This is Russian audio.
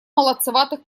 молодцеватых